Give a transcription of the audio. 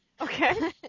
Okay